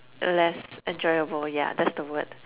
less enjoyable yeah that's the word